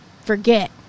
forget